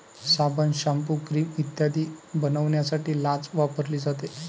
साबण, shampoo, cream इत्यादी बनवण्यासाठी लाच वापरली जाते